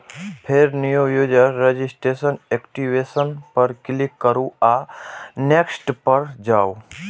फेर new user registration, activation पर click करू आ नेक्स्ट पर जाउ